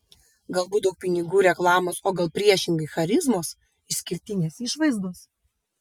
galbūt daug pinigų reklamos o gal priešingai charizmos išskirtinės išvaizdos